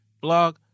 blog